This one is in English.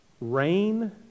rain